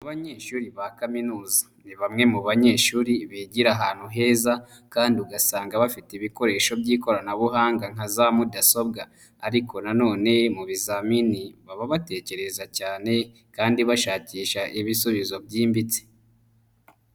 Abanyeshuri ba kaminuza ni bamwe mu banyeshuri bigira ahantu heza kandi ugasanga bafite ibikoresho by'ikoranabuhanga nka za mudasobwa. Ariko nanone mu bizamini baba batekereza cyane kandi bashakisha ibisubizo byimbitse.